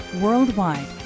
Worldwide